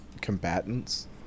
combatants